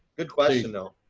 good question though.